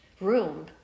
room